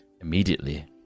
immediately